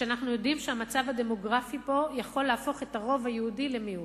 כשאנחנו יודעים שהמצב הדמוגרפי פה יכול להפוך את הרוב היהודי למיעוט.